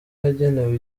yagenewe